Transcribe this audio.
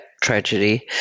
tragedy